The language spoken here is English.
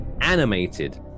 animated